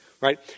right